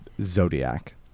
Zodiac